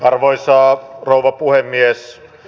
arvoisa rouva puhemies